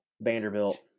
Vanderbilt